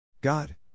God